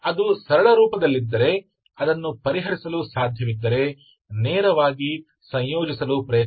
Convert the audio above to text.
ಅದು ಸರಳ ರೂಪದಲ್ಲಿದ್ದರೆ ಅದನ್ನು ಪರಿಹರಿಸಲು ಸಾಧ್ಯವಿದ್ದರೆ ನೇರವಾಗಿ ಸಂಯೋಜಿಸಲು ಪ್ರಯತ್ನಿಸಿ